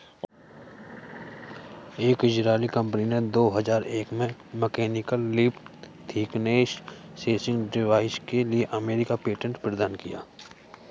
एक इजरायली कंपनी ने दो हजार एक में mechanical leaf thickness sensing device के लिए अमेरिकी पेटेंट प्रदान किया